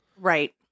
right